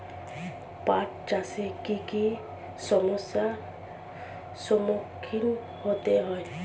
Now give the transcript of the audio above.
পাঠ চাষে কী কী সমস্যার সম্মুখীন হতে হয়?